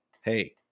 hey